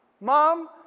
Mom